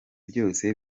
byose